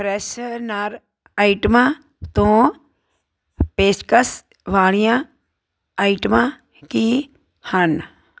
freshener ਆਈਟਮਾਂ ਤੋਂ ਪੇਸ਼ਕਸ਼ ਵਾਲੀਆਂ ਆਈਟਮਾਂ ਕੀ ਹਨ